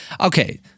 okay